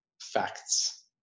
facts